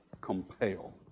Compel